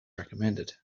recommended